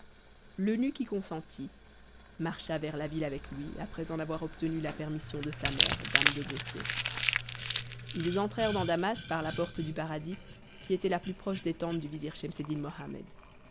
l'eunuque y consentit marcha vers la ville avec lui après en avoir obtenu la permission de sa mère dame de beauté ils entrèrent dans damas par la porte du paradis qui était la plus proche des tentes du